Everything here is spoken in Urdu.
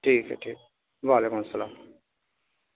ٹھیک ہے ٹھیک وعلیکم السلام